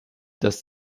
das